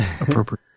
appropriate